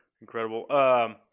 Incredible